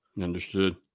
Understood